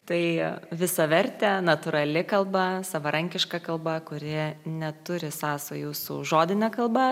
tai visavertė natūrali kalba savarankiška kalba kuri neturi sąsajų su žodine kalba